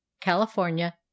california